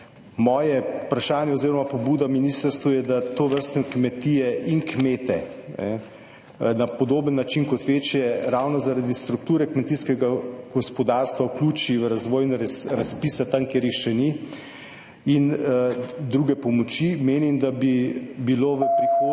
Moje vprašanje oziroma pobuda ministrstvu je, da tovrstne kmetije in kmete na podoben način kot večje ravno zaradi strukture kmetijskega gospodarstva vključi v razvojne razpise tam, kjer jih še ni, in druge pomoči. Menim, da bi bilo v prihodnje